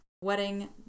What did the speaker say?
Wedding